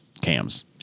cams